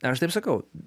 ar aš taip sakau